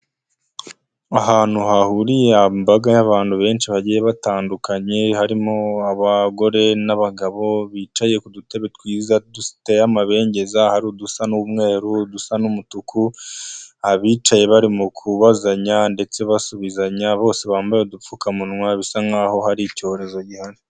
Ahantu hahuriye imbaga y'abantu benshi bagiye batandukanye harimo: abagore, n'abagabo bicaye ku dutebe twiza duteye amabengeza, hari udusa n'umweru, udusa n'umutuku, abicaye bari mu kubazanya ndetse basubizanya bose bambaye udupfukamunwa bisa nkaho hari icyorezo gihari.